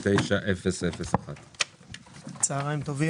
29-001. צוהריים טובים,